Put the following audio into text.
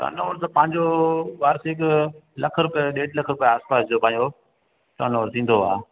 धंधो त पंहिंजो वार्षिक लखु रुपियो ॾेढ लख जे आसपास जो पंहिंजो धंधो थींदो आहे